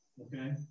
Okay